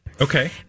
Okay